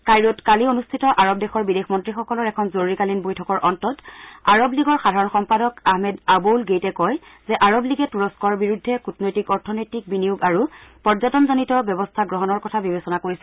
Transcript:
কাইৰোত কালি অনুষ্ঠিত আৰৱ দেশৰ বিদেশ মন্ত্ৰীসকলৰ এখন জৰুৰীকালীন বৈঠকৰ অন্তত আৰৱ লীগৰ সাধাৰণ সম্পাদক আহমেদ আবৌল গেইটে কয় যে আৰৱ লীগে তুৰস্থৰ বিৰুদ্ধে কূটনৈতিক অৰ্থনৈতিক বিনিয়োগ আৰু পৰ্যটনজনিত ব্যৱস্থা গ্ৰহণৰ কথা বিবেচনা কৰিছে